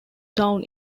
town